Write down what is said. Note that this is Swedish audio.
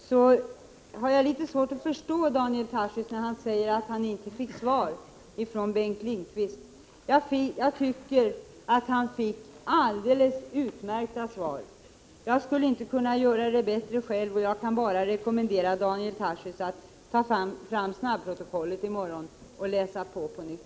Jag har litet svårt att förstå Daniel Tarschys när han säger att han inte fick svar på den frågan av Bengt Lindqvist. Enligt min mening gav Bengt Lindqvist alldeles utmärkta svar. Jag skulle inte kunna göra det bättre själv, och jag kan bara rekommendera Daniel Tarschys att läsa snabbprotokollet från dagens debatt.